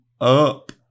up